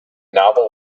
novel